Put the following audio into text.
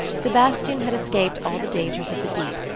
sebastian had escaped all the dangers of the deep,